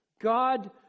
God